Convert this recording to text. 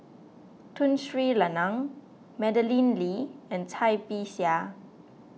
Tun Sri Lanang Madeleine Lee and Cai Bixia